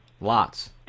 Lots